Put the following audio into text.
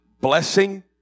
blessing